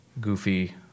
goofy